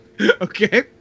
Okay